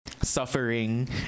Suffering